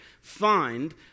find